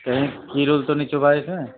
کہیں کیل ویل تو نہیں چُبھا اِس میں